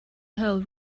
whole